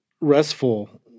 restful